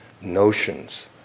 notions